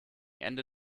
ende